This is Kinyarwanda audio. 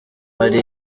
hari